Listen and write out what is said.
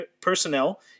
personnel